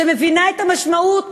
שמבינה את המשמעות